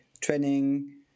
training